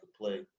play